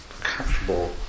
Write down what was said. comfortable